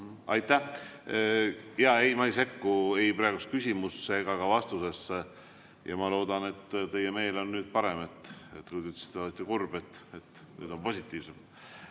Aitäh! Ei, ma ei sekku praegu ei küsimusse ega ka vastusesse. Ja ma loodan, et teie meel on nüüd parem – te ütlesite, et olete kurb, ehk nüüd on positiivsem.